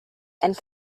and